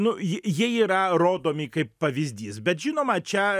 nu ji jie yra rodomi kaip pavyzdys bet žinoma čia